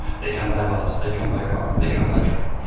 they come by bus they come by car they come by train.